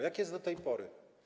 Jak jest do tej pory?